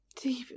deep